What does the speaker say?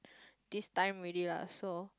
this time already lah so